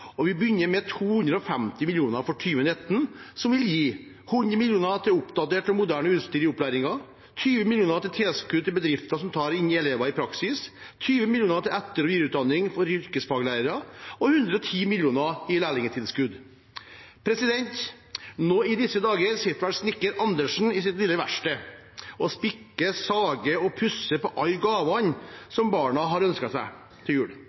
stortingsperioden. Vi begynner med 250 mill. kr for 2019, som vil gi 100 millioner til oppdatert og moderne utstyr i opplæringen, 20 millioner til tilskudd til bedrifter som tar inn elever i praksis, 20 millioner til etter- og videreutdanning for yrkesfaglærere og 110 millioner i lærlingtilskudd. Nå i disse dager sitter vel snekker Andersen i sitt lille verksted og spikker, sager og pusser på alle gavene som barna har ønsket seg til jul.